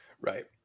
Right